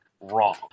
wrong